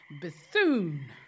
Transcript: Bethune